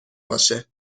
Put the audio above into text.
باشه